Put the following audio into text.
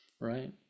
right